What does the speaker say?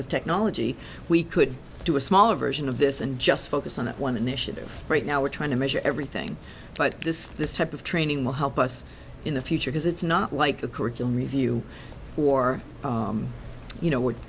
with technology we could do a smaller version of this and just focus on that one initiative right now we're trying to measure everything by this this type of training will help us in the future because it's not like a curriculum review or you know what